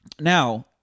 now